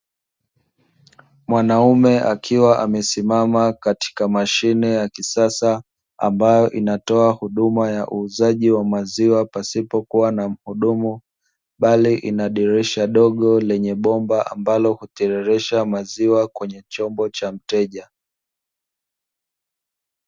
Mwanaume akiwa amesimama katika mashine ya kisasa, ambayo inatoa huduma ya uuzaji wa maziwa pasipokuwa na mhudumu, bali ina dirisha dogo lenye bomba ambalo hutiririsha maziwa kwenye chombo cha mteja.